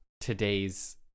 today's